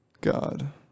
God